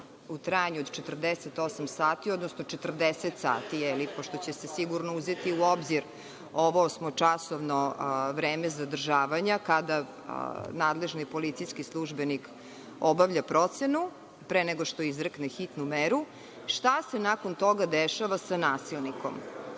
u trajanju od 48 sati, odnosno 40 sati, pošto će se sigurno uzeti u obzir ovo osmočasovno vreme zadržavanja kada nadležni policijski službenik obavlja procenu, pre nego što izrekne hitnu meru, šta se nakon toga dešava sa nasilnikom?